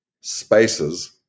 spaces